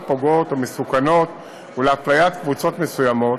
פוגעות או מסוכנות ולהפליית קבוצות מסוימות,